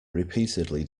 repeatedly